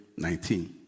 19